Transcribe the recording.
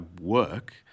work